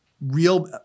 real